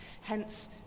hence